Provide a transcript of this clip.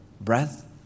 Breath